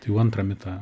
tai jau antrą mitą